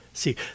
See